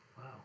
Wow